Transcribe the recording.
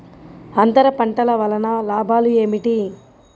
అంతర పంటల వలన లాభాలు ఏమిటి?